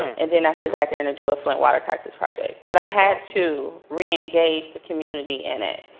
and then after that, they're gonna do a flint water crisis project. but i had to reengage the community in it.